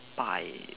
spy